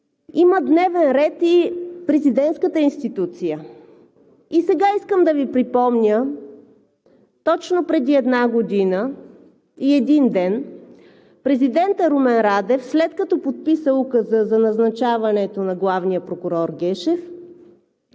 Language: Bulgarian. Има дневен ред и президентската институция. И сега искам да Ви припомня, точно преди една година и един ден президентът Румен Радев, след като подписа Указа за назначаването на главния прокурор Гешев,